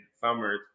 Summer